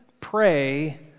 pray